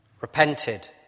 repented